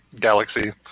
Galaxy